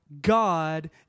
God